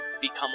become